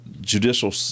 judicial